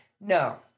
No